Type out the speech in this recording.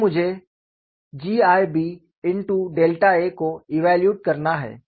तो मुझे GIBa को इव्यालूएट करना है